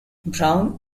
brown